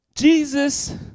Jesus